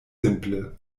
simple